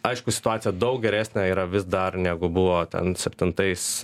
aišku situacija daug geresnė yra vis dar negu buvo ten septintais